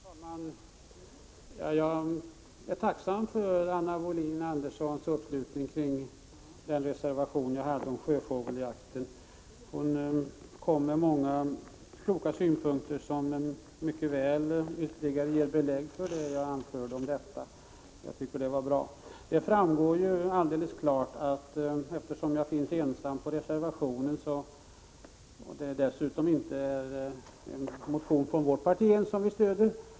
Herr talman! Jag är tacksam för att Anna Wohlin-Andersson slöt upp när det gäller min reservation om sjöfågelsjakten. Hon framförde många kloka synpunkter som ger ytterligare belägg för vad jag anfört. Jag tycker det är bra. Jag är ju ensam om reservationen, och dessutom är det inte någon motion från moderata samlingspartiet som stöds.